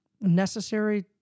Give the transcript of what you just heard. necessary